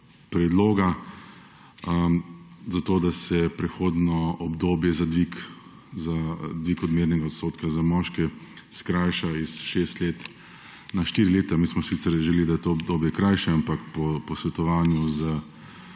predloga, zato da se prehodno obdobje za dvig odmernega odstotka za moške skrajša iz 6 let na 4 leta. Mi smo sicer želeli, da je to obdobje krajše, ampak po posvetovanju